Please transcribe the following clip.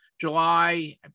July